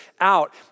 out